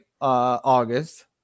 August